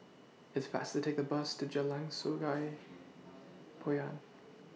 It's faster to Take The Bus to Jalan Sungei Poyan